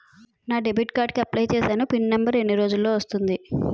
నా debit card కి apply చూసాను పిన్ నంబర్ ఎన్ని రోజుల్లో వస్తుంది?